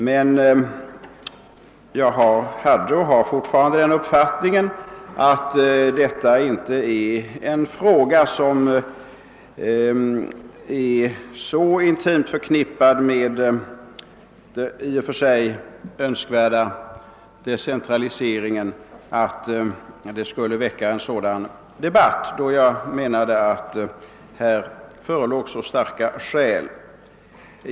Men jag hade och har fortfarande den uppfattningen att denna fråga inte är så intimt förknippad med den i och för sig önskvärda decentraliseringen att den borde väcka en sådan debatt.